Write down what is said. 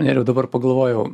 nerijau dabar pagalvojau